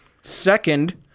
Second